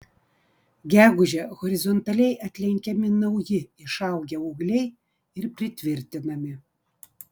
gegužę horizontaliai atlenkiami nauji išaugę ūgliai ir pritvirtinami